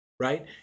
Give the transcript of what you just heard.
Right